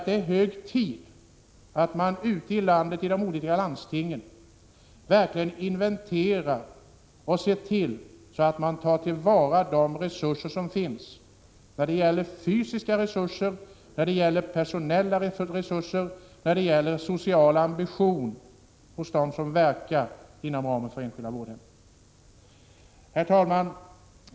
Det är hög tid att man ute i landet i de olika landstingen verkligen inventerar och ser till att ta till vara de resurser som finns. Det gäller fysiska och personella resurser och det gäller den sociala ambitionen hos dem som verkar inom de enskilda vårdhemmen. Herr talman!